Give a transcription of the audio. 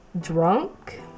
drunk